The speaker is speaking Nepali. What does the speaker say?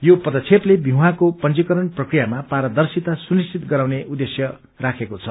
यो पदक्षेपले विवाहको पंजीकरण प्रक्रियामा पारदर्शिता सुनिश्वित गराउने उद्देश्य राखेको छ